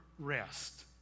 Rest